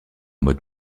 mode